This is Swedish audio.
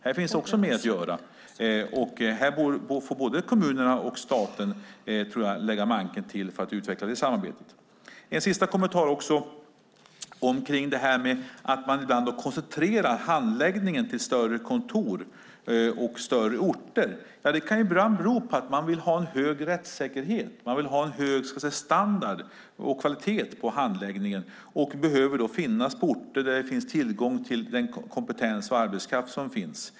Här finns också mer att göra. Både kommunerna och staten får lägga manken till för att utveckla det samarbetet. Att man ibland koncentrerar handläggningen till större kontor och större orter kan bero på att man vill ha hög rättssäkerhet och att man vill ha hög kvalitet på handläggningen. Man behöver då finnas på orter där det finns tillgång till arbetskraft och kompetens.